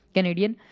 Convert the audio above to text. Canadian